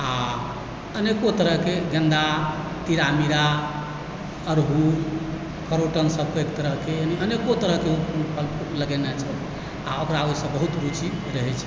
आ अनेको तरहकेँ गेंदा तीरामीरा अड़हुल करोटन सब कएक तरहकेँ अनेको तरहकेँ लगेने छै आ ओकरा ओहि सबकेँ बहुत रूचि रहैत छै